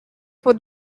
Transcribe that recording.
for